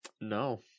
No